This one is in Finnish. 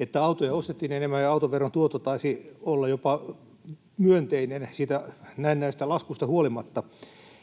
että autoja ostettiin enemmän, ja autoveron tuotto taisi olla jopa myönteinen siitä näennäisestä laskusta huolimatta.